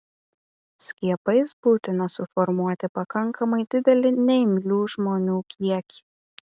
skiepais būtina suformuoti pakankamai didelį neimlių žmonių kiekį